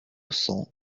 cents